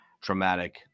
traumatic